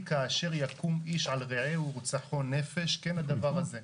כאשר יקום איש על רעהו ורצחו נפש כן הדבר הזה".